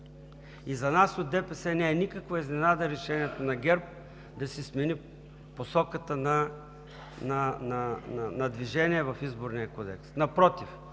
И за нас от ДПС не е никаква изненада решението на ГЕРБ да си смени посоката на движение в Изборния кодекс. Напротив,